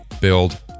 build